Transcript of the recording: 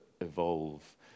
evolve